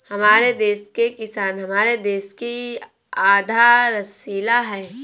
हमारे देश के किसान हमारे देश की आधारशिला है